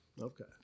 Okay